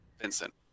Vincent